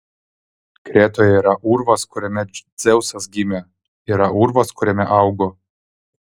kretoje yra urvas kuriame dzeusas gimė yra urvas kuriame augo